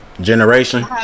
generation